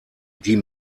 die